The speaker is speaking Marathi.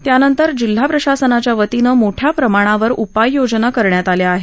त्यानंतर जिल्हा प्रशासनाच्या वतीनं मोठ्या प्रमाणावर उपाय योजना करण्यात आल्या आहेत